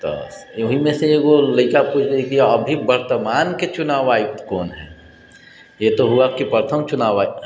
तऽ ओहिमेसँ एकगो लइका पूछि देलकै कि अभी वर्तमानके चुनाव आयुक्त कोन है ये तो हुआ कि प्रथम चुनाव आयुक्त